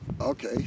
Okay